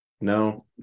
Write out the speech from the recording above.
No